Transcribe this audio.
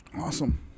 Awesome